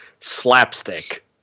slapstick